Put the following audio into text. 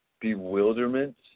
bewilderment